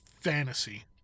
fantasy